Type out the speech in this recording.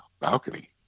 balcony